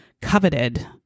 coveted